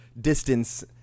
distance